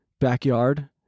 backyard